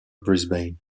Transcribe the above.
brisbane